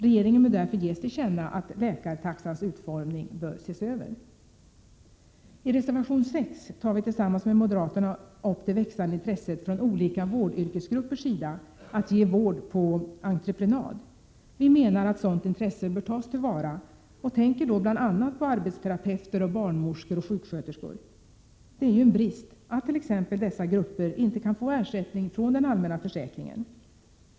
Regeringen bör därför ges till känna att läkartaxans utformning skall ses över. I reservation nr 6 tar vi tillsammans med moderaterna upp det växande intresset från olika vårdyrkesgruppers sida att ge vård på entreprenad. Vi menar att sådant intresse bör tas till vara och tänker då bl.a. på arbetsterapeuter, barnmorskor och sjuksköterskor. Det är ju en brist att t.ex. dessa grupper inte kan få ersättning från den allmänna försäkringen.